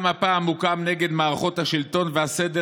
גם הפעם הוא קם נגד מערכות השלטון והסדר